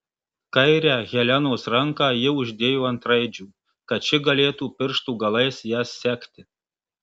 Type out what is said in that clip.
kairę helenos ranką ji uždėjo ant raidžių kad ši galėtų pirštų galais jas sekti